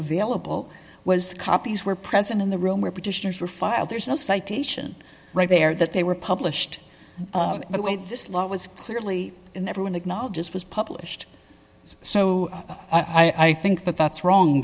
available was the copies were present in the room where petitions were filed there's no citation right there that they were published but wait this law was clearly and everyone acknowledges was published so i think that that's wrong